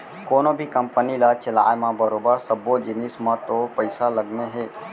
कोनों भी कंपनी ल चलाय म बरोबर सब्बो जिनिस म तो पइसा लगने हे